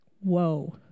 Whoa